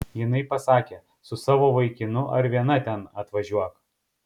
jinai pasakė su savo vaikinu ar viena ten atvažiuok